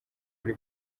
kuri